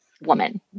woman